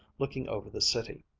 looking over the city.